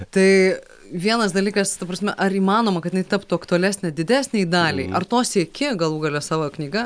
tai vienas dalykas ta prasme ar įmanoma kad jinai taptų aktualesnė didesnei daliai ar to sieki galų gale savo knyga